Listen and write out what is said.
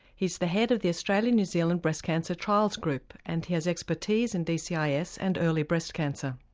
he's the head of the australian new zealand breast cancer trials group and has expertise in dcis and early breast cancer.